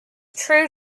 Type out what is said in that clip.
true